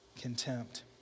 contempt